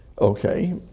Okay